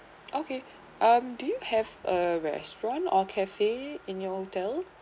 okay um do you have a restaurant or café in your hotel